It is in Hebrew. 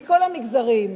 מכל המגזרים,